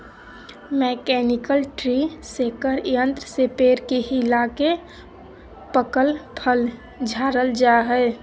mechanical tree shaker यंत्र से पेड़ के हिलाके पकल फल झारल जा हय